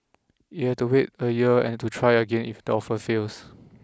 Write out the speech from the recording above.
it will have to wait a year and to try again if the offer fails